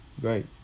Great